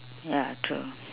ya true